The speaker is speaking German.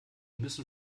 müssen